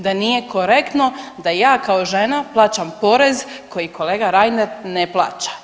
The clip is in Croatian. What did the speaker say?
Da nije korektno da ja kao žena plaćam porez koji kolega Reiner ne plaća.